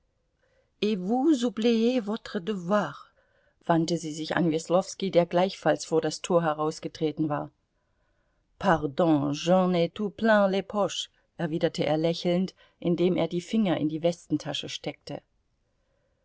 wandte sie sich an weslowski der gleichfalls vor das tor herausgetreten war pardon j'en ai tout plein les poches erwiderte er lächelnd indem er die finger in die westentasche steckte